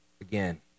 again